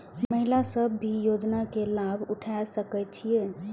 महिला सब भी योजना के लाभ उठा सके छिईय?